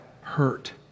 hurt